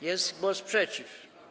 Jest głos przeciw?